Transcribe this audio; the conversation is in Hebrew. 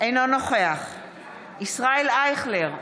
אינו נוכח ישראל אייכלר,